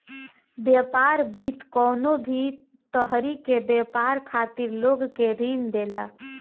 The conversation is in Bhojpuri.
व्यापार वित्त कवनो भी तरही के व्यापार खातिर लोग के ऋण देला